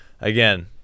again